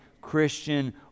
Christian